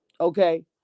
okay